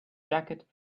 jacket